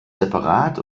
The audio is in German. separat